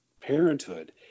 parenthood